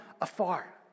afar